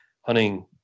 hunting